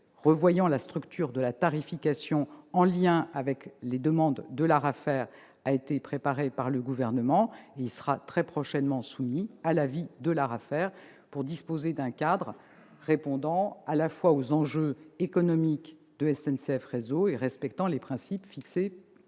revoyant la structure de la tarification, en lien avec les demandes de l'ARAFER, a été préparé par le Gouvernement. Il sera très prochainement soumis à l'avis de l'ARAFER pour disposer d'un cadre répondant aux enjeux économiques de SNCF Réseau et respectant à la fois les principes fixés par la loi et